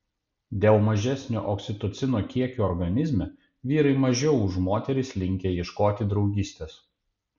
dėl mažesnio oksitocino kiekio organizme vyrai mažiau už moteris linkę ieškoti draugystės